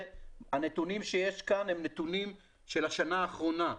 הנתונים שיש כאן, אלה נתונים של השנה האחרונה.